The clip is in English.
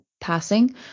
passing